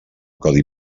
codi